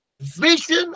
vision